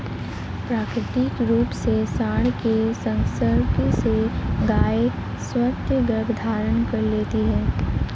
प्राकृतिक रूप से साँड के संसर्ग से गायें स्वतः गर्भधारण कर लेती हैं